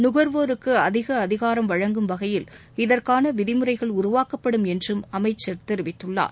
நுகர்வோருக்கு அதிக அதிகாரம் வழங்கும் வகையில் இதற்கான விதிமுறைகள் உருவாக்கப்படும் என்று அமைச்சர் தெரிவித்துள்ளார்